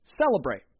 celebrate